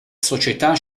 società